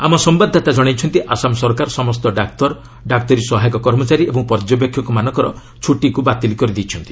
ଆମ ସମ୍ଭାଦଦାତା ଜଣାଇଛନ୍ତି ଆସାମ ସରକାର ସମସ୍ତ ଡାକ୍ତର ଡାକ୍ତରୀ ସହାୟକ କର୍ମଚାରୀ ଓ ପର୍ଯ୍ୟବେକ୍ଷକମାନଙ୍କର ଛୁଟି ବାତିଲ୍ କରିଦେଇଛନ୍ତି